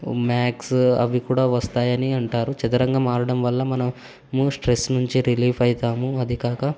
maths అవి కూడా వస్తాయి అని అంటారు చదరంగం ఆడడం వల్ల మనము మోస్ట్ స్ట్రెస్ నుంచి రిలీఫ్ అవుతాము అదే కాక